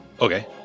okay